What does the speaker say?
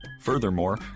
Furthermore